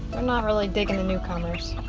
not really digging the newcomers.